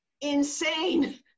Insane